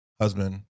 husband